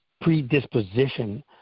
predisposition